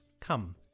Come